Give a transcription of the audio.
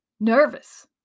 nervous